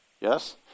Yes